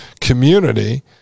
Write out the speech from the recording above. community